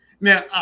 Now